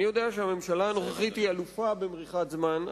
אני יודע שהממשלה הנוכחית היא אלופה במריחת זמן,